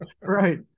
Right